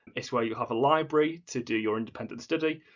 it's where you have a library to do your independent study,